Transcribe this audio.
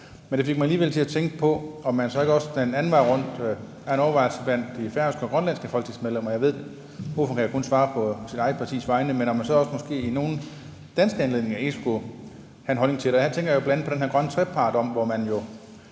Men det fik fik mig alligevel til at tænke på, om man så ikke også den anden vej rundt kunne have en overvejelse blandt de grønlandske og færøske folketingsmedlemmer. Jeg ved, at ordføreren jo kun kan svare på sit eget partis vegne, men altså om man måske ikke i nogle danske anliggender skulle lade være med at have en holdning til det. Her tænker jeg bl.a. på den her grønne trepart, hvor man